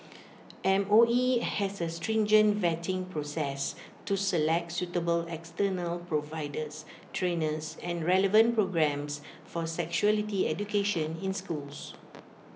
M O E has A stringent vetting process to select suitable external providers trainers and relevant programmes for sexuality education in schools